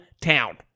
town